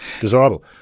desirable